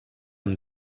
amb